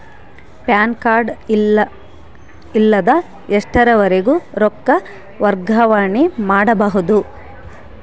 PAN card ಇಲ್ಲದ ಎಷ್ಟರವರೆಗೂ ರೊಕ್ಕ ವರ್ಗಾವಣೆ ಮಾಡಬಹುದು?